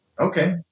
Okay